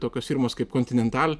tokios firmos kaip continental